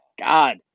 God